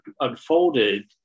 unfolded